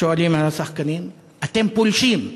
שואלים השחקנים, אתם פולשים,